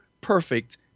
perfect